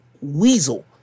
weasel